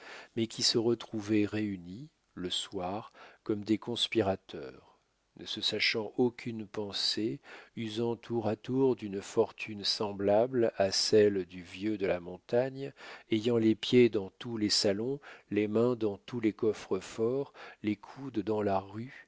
mais qui se retrouvaient réunis le soir comme des conspirateurs ne se cachant aucune pensée usant tour à tour d'une fortune semblable à celle du vieux de la montagne ayant les pieds dans tous les salons les mains dans tous les coffres-forts les coudes dans la rue